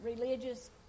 religious